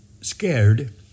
scared